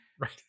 right